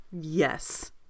Yes